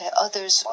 others